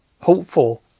hopeful